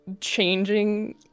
changing